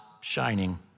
shining